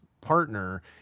partner